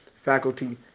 faculty